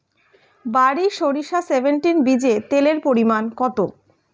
বারি সরিষা সেভেনটিন বীজে তেলের পরিমাণ কত?